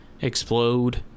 explode